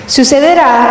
Sucederá